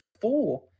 four